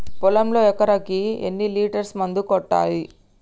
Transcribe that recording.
పొలంలో ఎకరాకి ఎన్ని లీటర్స్ మందు కొట్టాలి?